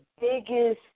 biggest